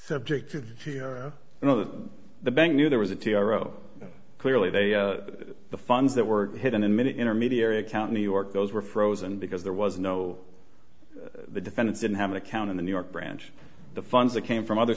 subject you know that the bank knew there was a t r o clearly they the funds that were hidden in many intermediary account new york those were frozen because there was no the defendant didn't have an account in the new york branch the funds that came from other